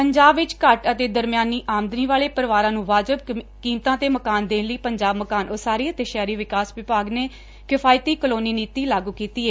ਪੰਜਾਬ ਵਿੱਚ ਘੱਟ ਅਤੇ ਦਰਮਿਆਨੀ ਆਮਦਨ ਵਾਲੇ ਪਰਿਵਾਰਾਂ ਨੂੰ ਵਾਜਬ ਕੀਮਤਾਂ ਤੇ ਮਕਾਨ ਦੇਣ ਲਈ ਪੰਜਾਬ ਮਕਾਨ ਉਸਾਰੀ ਅਤੇ ਸ਼ਹਿਰੀ ਵਿਕਾਸ ਵਿਭਾਗ ਨੇ ਕਿਫਾਇਤੀ ਕਾਲੋਨੀ ਨੀਤੀ ਲਾਗੁ ਕੀਤੀ ਏ